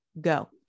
go